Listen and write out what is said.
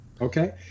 Okay